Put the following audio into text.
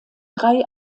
drei